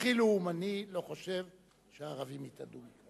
הכי לאומני לא חושב שהערבים יתאדו.